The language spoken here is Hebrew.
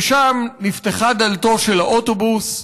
ושם נפתחה דלתו של האוטובוס,